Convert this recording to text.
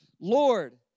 Lord